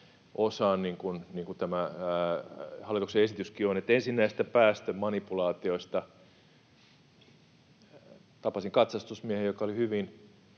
osaan, niin kuin tämä hallituksen esityskin on, ja ensin näistä päästömanipulaatioista: Tapasin katsastusmiehen, joka oli hyvin